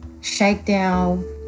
Shakedown